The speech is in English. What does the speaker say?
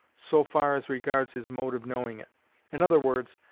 so far as regards his mode of knowing it in other words,